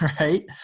right